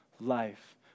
life